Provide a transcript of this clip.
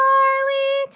Charlie